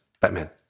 Batman